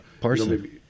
parsley